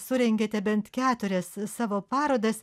surengėte bent keturias savo parodas